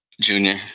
Junior